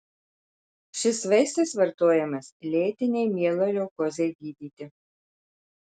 šis vaistas vartojamas lėtinei mieloleukozei gydyti